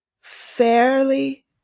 fairly